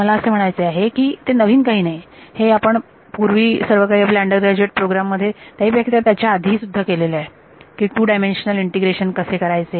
तर मला असे म्हणायचे आहे की ते नवीन काही नाही हे आपण पण पूर्वी सर्व काही आपल्या अंडरग्रॅजुएट प्रोग्राम मध्ये त्याहीपेक्षा त्याच्याआधी हे केले आहे की 2 डायमेन्शनल इंटिग्रेशन कसे करायचे